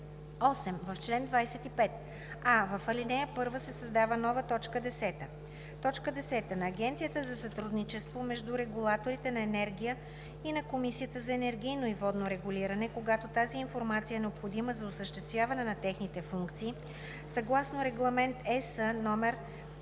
8. В чл. 25: а) в ал. 1 се създава нова т. 10: „10: на Агенцията за сътрудничество между регулаторите на енергия и на Комисията за енергийно и водно регулиране, когато тази информация е необходима за осъществяване на техните функции, съгласно Регламент (ЕС) №